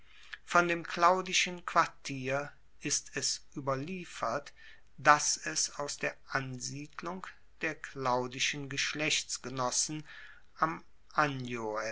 von dem claudischen quartier ist es ueberliefert dass es aus der ansiedlung der claudischen geschlechtsgenossen am